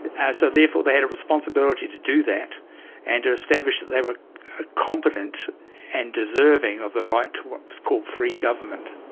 so therefore they had a responsibility to do that and to establish that they were competent and deserving of the right to what was called free government.